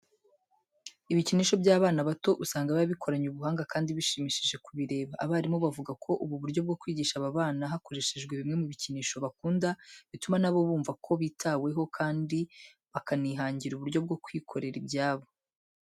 Ibikinisho by'abana bato usanga biba bikoranye ubuhanga kandi bishimishije kubireba. Abarimu bavuga ko ubu buryo bwo kwigisha aba bana hakoreshejwe bimwe mu bikinisho bakunda, bituma na bo bumva ko bitaweho kandi bakanahigira uburyo bwo kwikorera ibyabo.